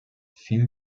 viel